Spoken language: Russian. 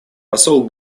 посол